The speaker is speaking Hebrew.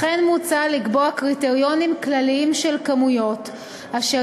לכן מוצע לקבוע קריטריונים כלליים של כמויות אשר